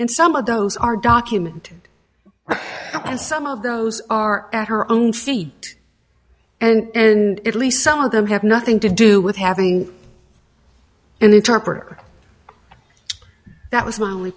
and some of those are documented and some of those are at her own feet and at least some of them have nothing to do with having an interpreter that was my only